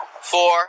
four